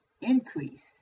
increase